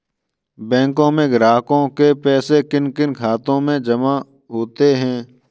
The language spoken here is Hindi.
बैंकों में ग्राहकों के पैसे किन किन खातों में जमा होते हैं?